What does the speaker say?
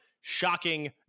Shocking